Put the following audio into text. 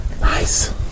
Nice